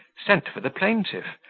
sent for the plaintiff,